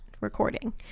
recording